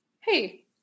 hey